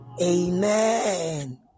Amen